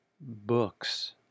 books